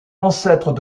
ancêtres